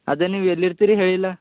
ಅದೆ ನೀವು ಎಲ್ಲಿ ಇರ್ತಿರಿ ಹೇಳಿಲ್ಲ